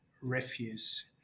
refuse